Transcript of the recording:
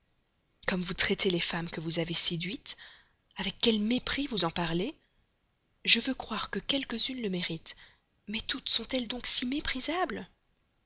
comme vous traitez les femmes que vous avez séduites avec quel mépris vous en parlez je veux croire que quelques-unes le méritent mais toutes sont-elles donc si